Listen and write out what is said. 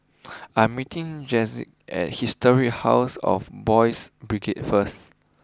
I am meeting Jacquez at Historic house of Boys' Brigade first